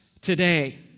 today